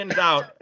out